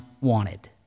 wanted